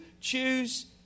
choose